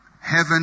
heaven